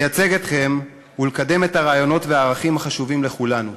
לייצג אתכם ולקדם את הרעיונות והערכים החשובים לכולנו.